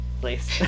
please